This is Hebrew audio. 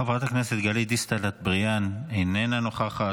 חברת הכנסת גלית דיסטל אטבריאן, אינה נוכחת.